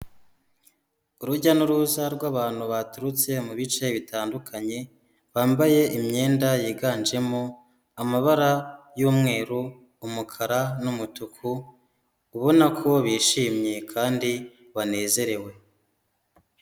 Urujya n'uruza rw'abantu baturutse mu bice bitandukanye, bambaye imyenda yiganjemo amabara y'umweru, umukara n'umutuku, ubona ko bishimye kandi banezerewe.